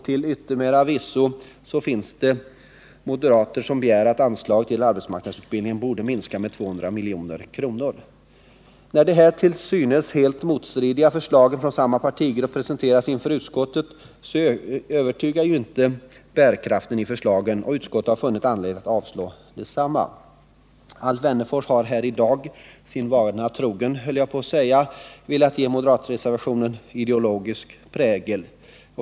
Till yttermera visso finns det moderater som begär att anslaget till arbetsmarknadsutbildningen borde minska med 200 milj.kr. När de här till synes helt motstridiga förslagen från samma partigrupp presenteras inom utskottet så övertygar ju inte bärkraften i förslagen, och utskottet har funnit anledning att avstyrka desamma. Alf Wennerfors har här i dag — sin vana trogen, höll jag på att säga — velat ge moderatreservationen en ideologisk prägel.